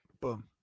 Boom